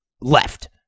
left